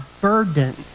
burden